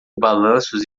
balanços